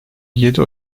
yedi